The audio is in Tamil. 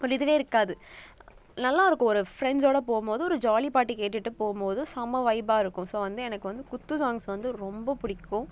ஒரு இதுவே இருக்காது நல்லாயிருக்கும் ஒரு ஃப்ரெண்ட்ஸோடு போகும் போது ஒரு ஜாலி பாட்டு கேட்டுட்டு போகும் போதும் செம வைபாக இருக்கும் ஸோ வந்து எனக்கு வந்து குத்து சாங்ஸ் வந்து ரொம்ப பிடிக்கும்